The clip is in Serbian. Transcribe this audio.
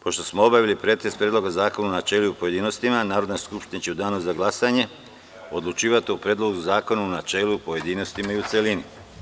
Pošto smo obavili pretres Predloga zakona u načelu i u pojedinostima, Narodna skupština će u danu za glasanje odlučivati o Predlogu zakona u načelu, pojedinostima i u celini.